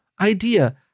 idea